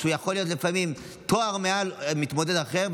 לפעמים הוא יכול להיות עם תואר מעל מתמודד אחר,